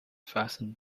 fasten